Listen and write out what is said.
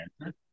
answer